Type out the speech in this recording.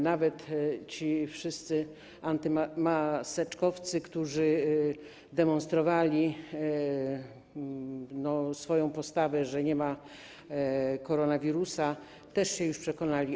Nawet ci wszyscy antymaseczkowcy, którzy demonstrowali swoją postawę, że nie ma koronawirusa, też się już o tym przekonali.